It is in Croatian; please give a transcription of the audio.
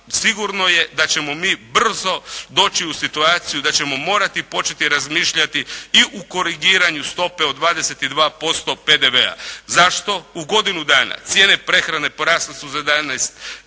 sigurno je da ćemo mi brzo doći u situaciju da ćemo morati početi razmišljati i o korigiranju stope od 22% PDV-a. Zašto u godinu dana cijene prehrane porasle su za 11,6%,